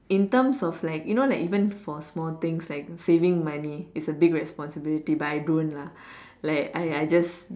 in terms of like you know like even for small things like saving money it's a big responsibility but I don't lah like I I just